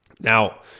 Now